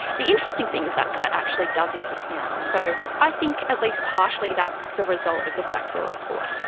the interesting thing is that that actually does exist now. so i think at least partially that's the result of the sackville report.